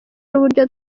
n’uburyo